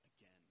again